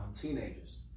teenagers